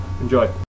enjoy